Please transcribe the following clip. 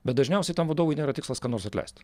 bet dažniausiai tam vadovui nėra tikslas ką nors atleist